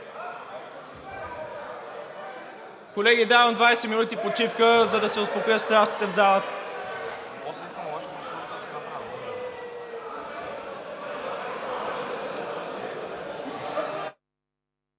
Колеги, давам 20 минути почивка, за да се успокоят страстите в залата.